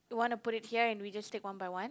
wanna put it here and we just take one by one